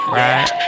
right